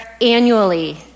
annually